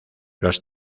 los